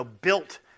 built